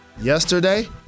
yesterday